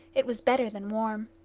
it was better than warm.